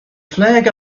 flag